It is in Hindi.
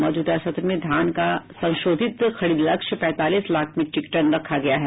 मौजूदा सत्र में धान का संशोधित खरीद लक्ष्य पैंतालीस लाख मीट्रिक टन रखा गया है